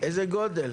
איזה גודל?